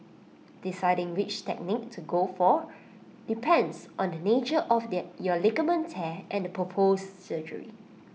deciding which technique to go for depends on the nature of your ligament tear and the proposed surgery